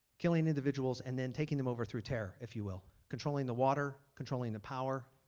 killing individuals and then taking them over through terror if you will. controlling the water, controlling the power,